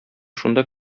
шунда